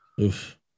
Oof